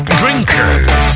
drinkers